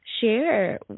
share